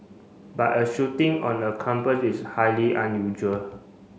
but a shooting on a campus is highly unusual